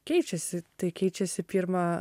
keičiasi tai keičiasi pirma